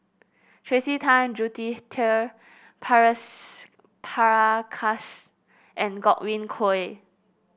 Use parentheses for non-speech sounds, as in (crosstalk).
Tracey Tan (unintelligible) Prakash and Godwin Koay